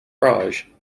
garage